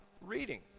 reading